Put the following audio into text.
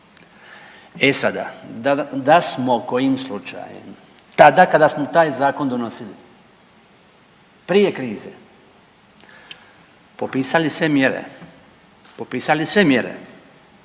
E sada, da smo kojim slučajem tada kada smo taj zakon donosili prije krize popisali sve mjere, popisali sve mjere